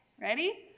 Ready